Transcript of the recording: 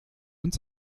uns